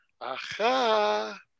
aha